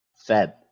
feb